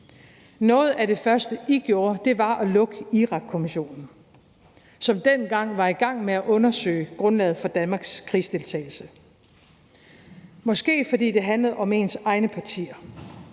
Noget af det første, I gjorde, var at lukke Irakkommissionen, som dengang var i gang med at undersøge grundlaget for Danmarks krigsdeltagelse. Måske fordi det handlede om ens egne partier,